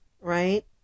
Right